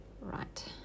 Right